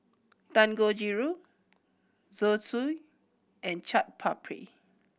Dangojiru Zosui and Chaat Papri